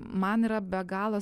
man yra be galo